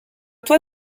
toit